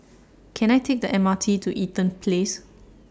Can I Take The M R T to Eaton Place